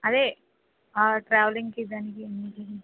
అదే ట్రావెలింగ్ కి దానికి